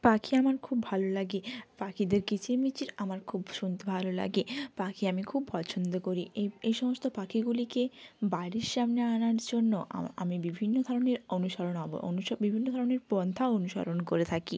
পাখি আমার খুব ভালো লাগে পাখিদের কিচির মিচির আমার খুব শুনতে ভালো লাগে পাখি আমি খুব পছন্দ করি এই এই সমস্ত পাখিগুলিকে বাড়ির সামনে আনার জন্য আমি বিভিন্ন ধরনের অনুসরণ অব অনুস বিভিন্ন ধরনের পন্থা অনুসরণ করে থাকি